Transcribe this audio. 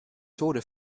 tode